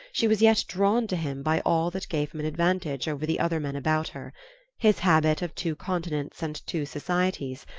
she was yet drawn to him by all that gave him an advantage over the other men about her his habit of two continents and two societies,